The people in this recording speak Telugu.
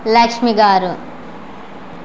లక్ష్మి గారు